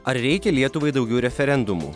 ar reikia lietuvai daugiau referendumų